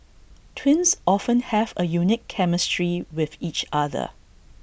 twins often have A unique chemistry with each other